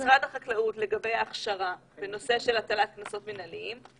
משרד החקלאות לגבי הכשרה בנושא של הטלת קנסות מנהליים,